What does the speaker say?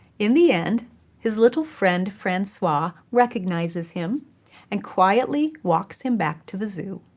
in the end his little friend, francois, recognizes him and quietly walks him back to the zoo.